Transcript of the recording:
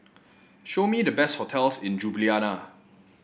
show me the best hotels in Ljubljana